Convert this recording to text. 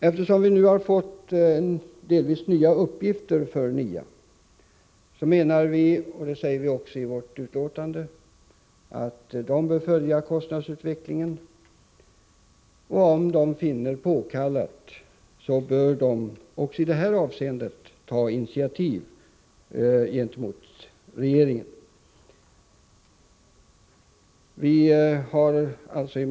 Eftersom NIA nu har fått delvis nya uppgifter menar vi, och det säger vi även i vårt betänkande, att NIA bör följa kostnadsutvecklingen. Om man finner det påkallat bör man också i detta avseende vända sig till regeringen med sina initiativ.